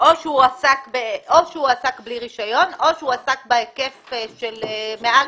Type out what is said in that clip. או שהוא עסק בלי רישיון או שהוא עסק בהיקף של מעל